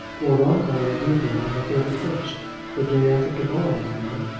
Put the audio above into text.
lord ongar will be there on the thirty-first the day after to-morrow, you know.